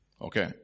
Okay